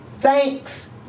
Thanks